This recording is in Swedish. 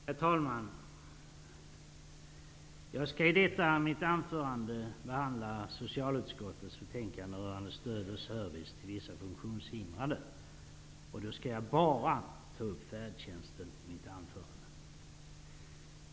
Herr talman! Jag skall i detta mitt anförande behandla socialutskottets betänkande rörande stöd och service till vissa funktionshindrade. Jag skall enbart ta upp färdtjänsten.